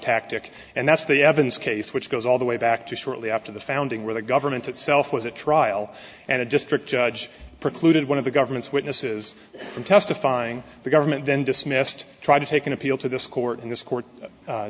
tactic and that's the evans case which goes all the way back to shortly after the founding where the government itself was a trial and it just took judge precluded one of the government's witnesses from testifying the government then dismissed try to take an appeal to this court and this court